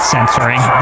Censoring